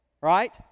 right